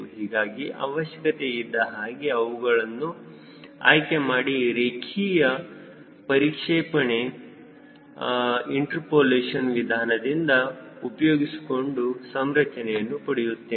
ಹೀಗಾಗಿ ಅವಶ್ಯಕತೆ ಇದ್ದ ಹಾಗೆ ಅವುಗಳನ್ನು ಆಯ್ಕೆ ಮಾಡಿ ರೇಖೀಯ ಪರೀಕ್ಷೇಪಣೆ ಇಂಟರ್ಪೋಲೇಶನ್ ವಿಧಾನದಿಂದ ಉಪಯೋಗಿಸಿಕೊಂಡು ಸಂರಚನೆಯನ್ನು ಪಡೆಯುತ್ತೇನೆ